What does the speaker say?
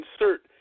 insert